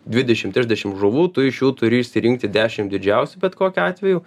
dvidešim trisdešim žuvų tu iš jų turi išsirinkti dešim didžiausių bet kokiu atveju